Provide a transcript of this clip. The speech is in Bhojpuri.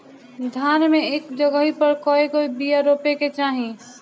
धान मे एक जगही पर कएगो बिया रोपे के चाही?